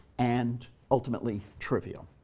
and ultimately trivial.